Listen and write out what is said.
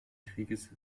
krieges